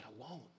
alone